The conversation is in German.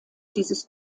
dieses